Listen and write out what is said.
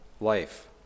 life